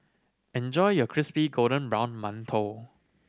enjoy your crispy golden brown mantou